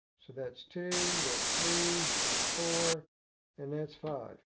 so that's two, that's three, that's four and that's five.